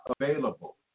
available